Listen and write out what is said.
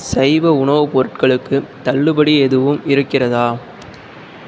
சைவ உணவுப் பொருட்களுக்குத் தள்ளுபடி எதுவும் இருக்கிறதா